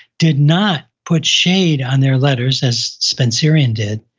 did not put shade on their letters as spencerian did.